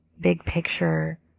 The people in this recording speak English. Big-picture